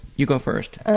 you go first.